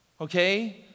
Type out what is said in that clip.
okay